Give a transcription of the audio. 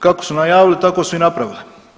Kako su najavili tako su i napravili.